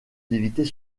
d’éviter